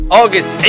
august